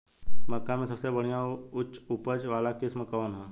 मक्का में सबसे बढ़िया उच्च उपज वाला किस्म कौन ह?